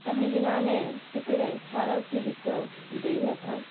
କାହିଁକି ନା ଆମେ ସେଥିରେ ସାର କି ବିଷ ଦେଇ ନଥାଉ